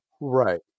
Right